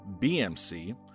BMC